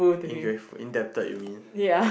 ungrateful indebted you mean